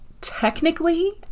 technically